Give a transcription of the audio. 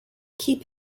keep